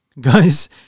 Guys